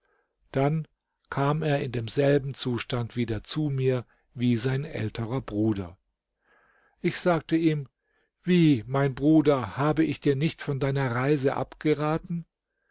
dann kam er in demselben zustand wieder zu mir wie sein älterer bruder ich sagte ihm wie mein bruder habe ich dir nicht von deiner reise abgeraten